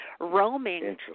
roaming